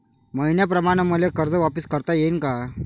मईन्याप्रमाणं मले कर्ज वापिस करता येईन का?